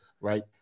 right